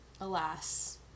alas